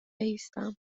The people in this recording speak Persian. بایستم